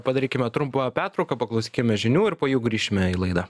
padarykime trumpą pertrauką paklausykime žinių ir po jų grįšime į laidą